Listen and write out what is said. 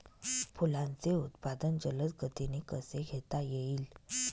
फुलांचे उत्पादन जलद गतीने कसे घेता येईल?